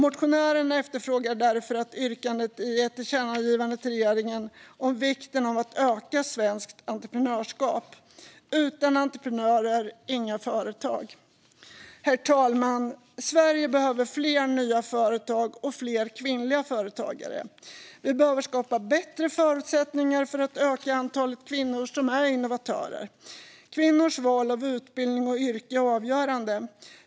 Motionären efterfrågar därför i yrkande 1 ett tillkännagivande till regeringen om vikten av att öka svenskt entreprenörskap. Utan entreprenörer - inga företag! Herr talman! Sverige behöver fler nya företag och fler kvinnliga företagare. Vi behöver skapa bättre förutsättningar för att öka antalet kvinnor som är innovatörer. Kvinnors val av utbildning och yrke är avgörande.